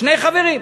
שני חברים.